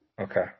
Okay